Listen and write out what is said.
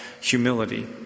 humility